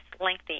lengthy